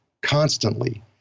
constantly